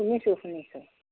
শুনিছোঁ শুনিছোঁ